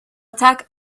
attack